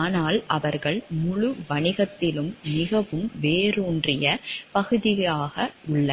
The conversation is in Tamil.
ஆனால் அவர்கள் முழு வணிகத்திலும் மிகவும் வேரூன்றிய பகுதியாக உள்ளனர்